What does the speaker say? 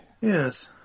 Yes